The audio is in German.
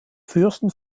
fürsten